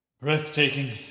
Breathtaking